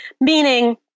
meaning